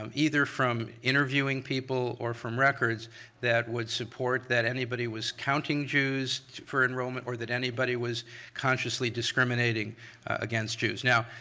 um either from interviewing people or from records that would support that anybody was counting jews for enrollment or that anybody was consciously discriminating against jews. now,